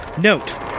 note